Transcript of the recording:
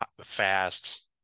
fast